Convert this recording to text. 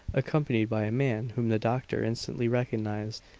accompanied by a man whom the doctor instantly recognized.